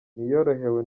ntiyorohewe